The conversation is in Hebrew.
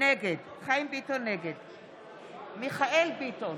נגד מיכאל מרדכי ביטון,